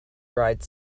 dried